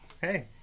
hey